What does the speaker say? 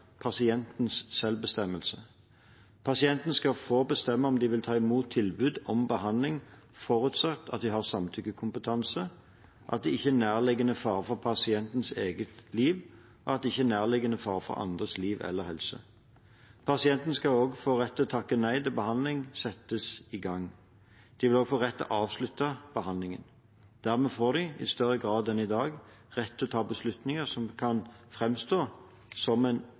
pasientens selvbestemmelse: Pasienten skal få bestemme om de vil ta imot tilbud om behandling forutsatt at de har samtykkekompetanse, at det ikke er nærliggende fare for pasientens eget liv, og at det ikke er nærliggende fare for andres liv eller helse. Pasienten skal også få rett til å takke nei til at behandling settes i gang. De vil også få rett til å avslutte behandling. Dermed får de, i større grad enn i dag, rett til å ta beslutninger som kan framstå som en